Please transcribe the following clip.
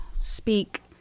speak